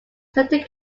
certain